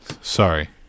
Sorry